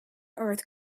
earth